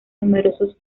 numerosos